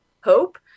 hope